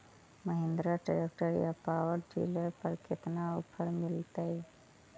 Mahindra tractor या power dealer पर कितना ओफर मीलेतय?